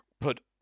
put